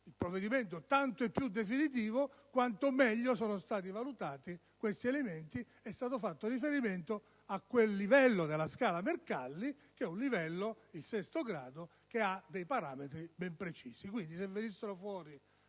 futuro: sarà ancora più definitivo quanto meglio saranno stati valutati questi elementi. È stato fatto riferimento a quel livello della scala Mercalli (il sesto grado) che ha dei parametri ben precisi.